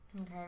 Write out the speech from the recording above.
Okay